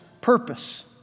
purpose